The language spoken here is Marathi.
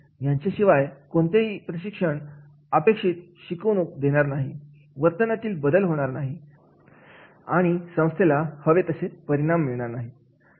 यांच्याशिवाय कोणतेही प्रशिक्षण अपेक्षित शिकवणूक देणार नाही वर्तनातील बदल होणार नाही आणि संस्थेला आदर्श हवे तसे परिणाम मिळणार नाही